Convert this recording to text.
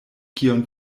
kion